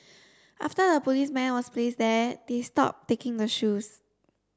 after the policeman was placed there they stopped taking the shoes